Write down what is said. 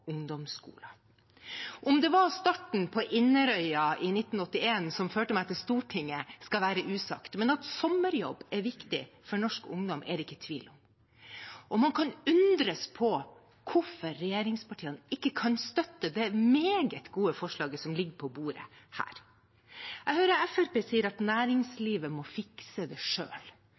Om det var starten på Inderøy i 1981 som førte meg til Stortinget, skal være usagt, men at sommerjobb er viktig for norsk ungdom, er det ikke tvil om. Man kan undres på hvorfor regjeringspartiene ikke kan støtte det meget gode forslaget som ligger på bordet. Jeg hører Fremskrittspartiet si at næringslivet må fikse det